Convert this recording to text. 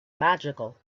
magical